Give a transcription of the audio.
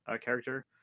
character